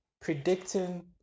predicting